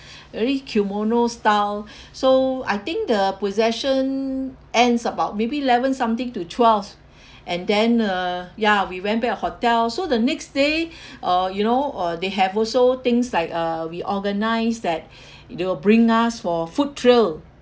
really kimono style so I think the possession ends about maybe eleven something to twelve and then uh ya we went back hotel so the next day uh you know uh they have also things like uh we organise that they will bring us for food trail